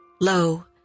Lo